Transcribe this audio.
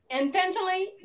intentionally